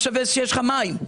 מה שווה שיש לך מים?